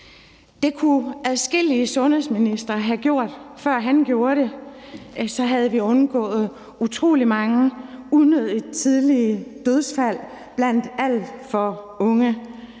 Det kunne adskillige sundhedsministre have gjort, før han gjorde det; så havde vi undgået utrolig mange unødige tidlige dødsfald blandt alt for unge